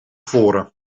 voren